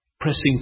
pressing